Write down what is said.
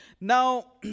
Now